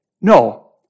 No